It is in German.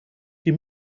die